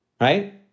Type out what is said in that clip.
right